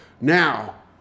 Now